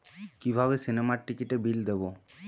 কিভাবে সিনেমার টিকিটের বিল দেবো?